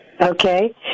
Okay